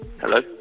hello